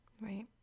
Right